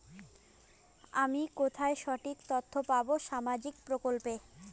আমি কোথায় সঠিক তথ্য পাবো সামাজিক প্রকল্পের?